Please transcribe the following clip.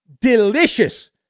delicious